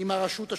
עם הרשות השופטת,